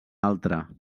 altre